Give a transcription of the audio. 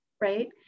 right